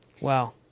Wow